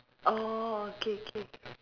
orh okay okay